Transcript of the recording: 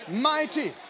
mighty